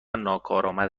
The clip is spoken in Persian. ناکارآمد